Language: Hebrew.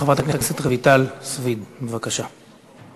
חברת הכנסת רויטל סויד, בבקשה.